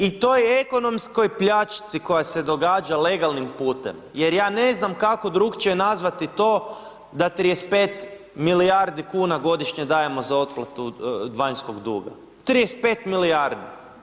I toj ekonomskoj pljačci koja se događa legalnim putem, jer ja ne znam kako drukčije nazvati to da 35 milijardi kuna godišnje dajemo za otplatu vanjskog duga, 35 milijardi.